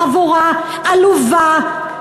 חבורה עלובה,